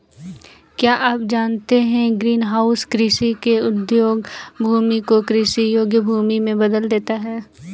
क्या आप जानते है ग्रीनहाउस कृषि के अयोग्य भूमि को कृषि योग्य भूमि में बदल देता है?